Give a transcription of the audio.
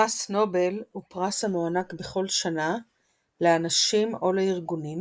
פרס נובל הוא פרס המוענק בכל שנה לאנשים או לארגונים,